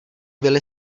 byli